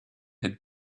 had